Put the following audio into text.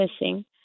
missing